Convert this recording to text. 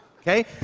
okay